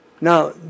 Now